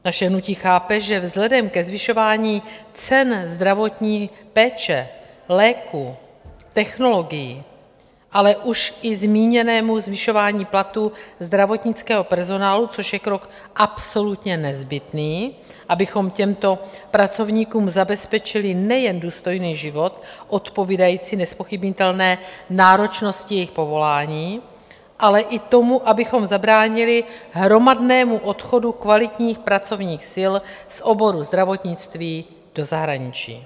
Naše hnutí chápe, že vzhledem ke zvyšování cen zdravotní péče, léků, technologií, ale už i zmíněnému zvyšování platů zdravotnického personálu, což je krok absolutně nezbytný, abychom těmto pracovníkům zabezpečili nejen důstojný život odpovídající nezpochybnitelné náročnosti jejich povolání, ale i tomu, abychom zabránili hromadnému odchodu kvalitních pracovních sil z oboru zdravotnictví do zahraničí.